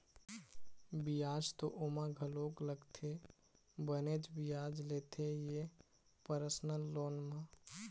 बियाज तो ओमा घलोक लगथे बनेच बियाज लेथे ये परसनल लोन म